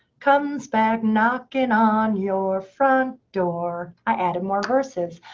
comes back knocking on your front door. i added more verses.